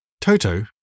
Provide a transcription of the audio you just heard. Toto